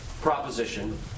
proposition